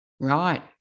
Right